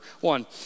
one